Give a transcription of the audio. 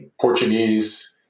Portuguese